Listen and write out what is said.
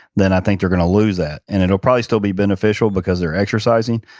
then i think they're going to lose that. and it'll probably still be beneficial, because they're exercising,